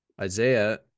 Isaiah